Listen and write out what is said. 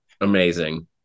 Amazing